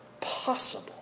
possible